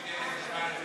היושב-ראש ייתן נזיפה לסגן